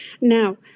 Now